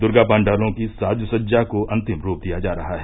दुर्गा पाण्डालों की साज सज्जा को अन्तिम रूप दिया जा रहा है